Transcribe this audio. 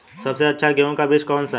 सबसे अच्छा गेहूँ का बीज कौन सा है?